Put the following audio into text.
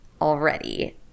already